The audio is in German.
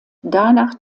danach